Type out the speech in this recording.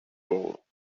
bowl